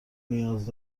نیاز